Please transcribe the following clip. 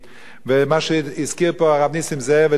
ומה שהזכיר פה הרב נסים זאב את התוכניות